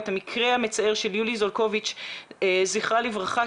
את המקרה המצער של יולי זולקוביץ' זכרה לברכה,